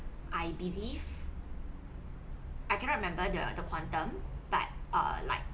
I believed I cannot remember the the quantum but err like